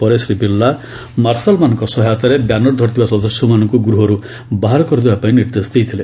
ପରେ ଶ୍ରୀ ବିର୍ଲା ମାର୍ଶାଲ୍ମାନଙ୍କ ସହାୟତାରେ ବ୍ୟାନ୍ ଧରିଥିବା ସଦସ୍ୟମାନଙ୍କୁ ଗୃହରୁ ବାହାର କରିଦେବାପାଇଁ ନିର୍ଦ୍ଦେଶ ଦେଇଥିଲେ